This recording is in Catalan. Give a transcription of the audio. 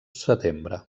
setembre